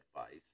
advice